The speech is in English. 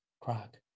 crack